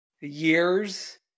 years